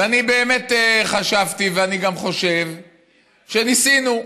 ואני באמת חשבתי, ואני גם חושב, שניסינו.